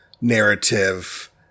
narrative